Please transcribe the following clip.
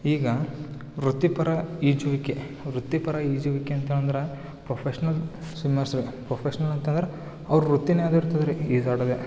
ಈಗ ವೃತ್ತಿಪರ ಈಜುವಿಕೆ ವೃತ್ತಿಪರ ಈಜುವಿಕೆ ಅಂತ ಅಂದ್ರೆ ಪ್ರೊಫೇಶ್ನಲ್ ಸ್ವಿಮ್ಮರ್ಸು ಪ್ರೊಫೇಶ್ನಲ್ ಅಂತಂದ್ರೆ ಅವ್ರ ವೃತ್ತಿನೆ ಅದೆ ಇರ್ತದೆ ರೀ ಈಜಾಡೋದೆ